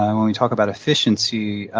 um when we talk about efficiency,